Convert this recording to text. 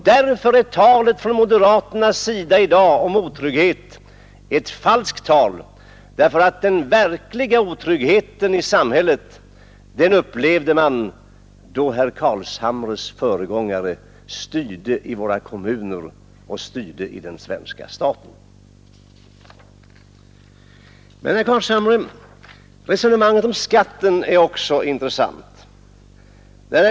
Därför är talet från moderaternas sida i dag om otrygghet ett falskt tal. Den verkliga otryggheten i samhället upplevde man då herr Carlshamres föregångare styrde i våra kommuner och styrde i den svenska staten. Men, herr Carlshamre, resonemanget om skatten är också intressant.